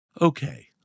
Okay